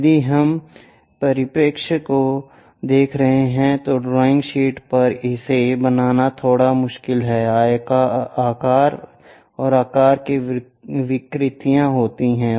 यदि हम परिप्रेक्ष्य को देख रहे हैं तो ड्राइंग शीट पर इसे बनाना थोड़ा मुश्किल है आकार और आकार की विकृतियाँ होती हैं